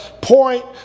point